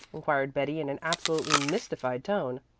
inquired betty in an absolutely mystified tone.